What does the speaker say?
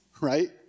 right